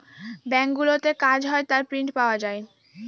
ব্যাঙ্কগুলোতে কাজ হয় তার প্রিন্ট পাওয়া যায়